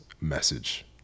message